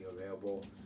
available